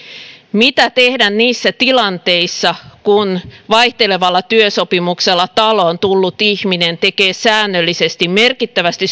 mitä tehdä niissä tilanteissa kun vaihtelevalla työsopimuksella taloon tullut ihminen tekee säännöllisesti merkittävästi